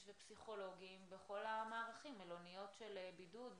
והפסיכולוגים בכל המערכים מלוניות של בידוד,